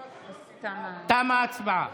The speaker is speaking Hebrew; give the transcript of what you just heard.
תמה הצבעה.